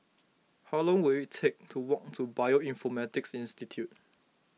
how long will it take to walk to Bioinformatics Institute